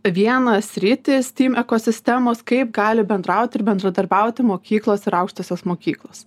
vieną sritį stym ekosistemos kaip gali bendrauti ir bendradarbiauti mokyklos ir aukštosios mokyklos